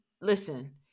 listen